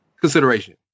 consideration